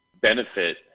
benefit